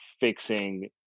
fixing